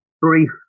brief